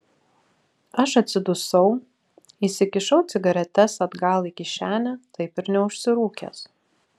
aš atsidusau įsikišau cigaretes atgal į kišenę taip ir neužsirūkęs